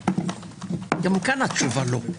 גם כאן התשובה לא.